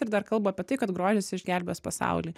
ir dar kalba apie tai kad grožis išgelbės pasaulį